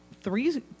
three